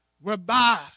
whereby